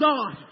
God